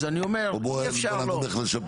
או בוא נדון על איך לשפר את זה?